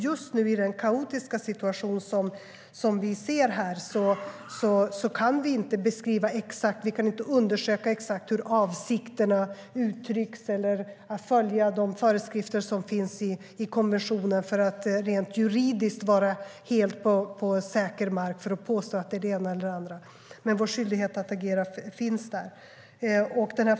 I den kaotiska situation som vi ser nu kan vi inte undersöka exakt hur avsikterna uttrycks eller om de följer de föreskrifter som finns i konventionen för att juridiskt vara helt på säker mark för att kunna påstå att det är det ena eller det andra. Men vår skyldighet att agera finns där.